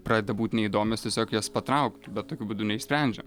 pradeda būt neįdomios tiesiog jas patraukti bet tokiu būdu neišsprendžiam